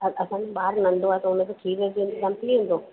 अ असांजो ॿार नंढो आहे त उन खे खीर जो इंतिज़ाम थी वेंदो